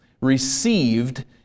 Received